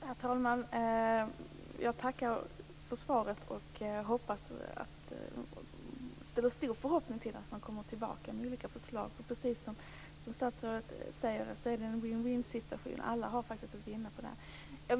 Herr talman! Jag tackar för svaret. Jag ställer stor förhoppning till att man kommer tillbaka med olika förslag. Som statsrådet säger är det faktiskt en winwin-situation. Alla har att vinna på det.